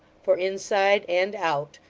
for, inside and out,